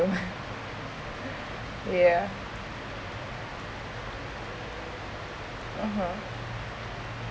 ya (uh huh)